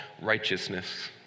righteousness